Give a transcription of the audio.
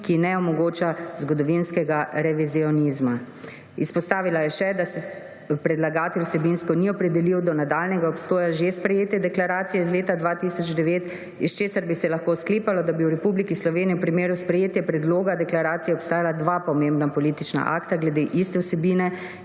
ki ne omogoča zgodovinskega revizionizma. Izpostavila je še, da se predlagatelj vsebinsko ni opredelil do nadaljnjega obstoja že sprejete deklaracije iz leta 2009, iz česar bi se lahko sklepalo, da bi v Republiki Sloveniji v primeru sprejetja predloga deklaracije obstajala dva pomembna politična akta glede iste vsebine